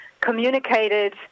communicated